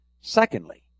Secondly